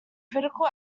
critical